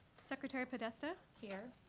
secretary podesta? here.